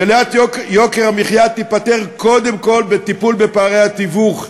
שאלת יוקר המחיה תיפתר קודם כול בטיפול בפערי התיווך,